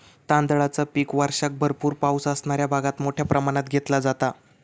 तांदळाचा पीक वर्षाक भरपूर पावस असणाऱ्या भागात मोठ्या प्रमाणात घेतला जाता